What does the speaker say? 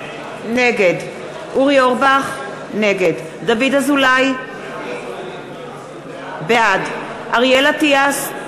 נגד אורי אורבך, נגד דוד אזולאי, בעד אריאל אטיאס,